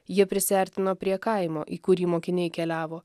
jie prisiartino prie kaimo į kurį mokiniai keliavo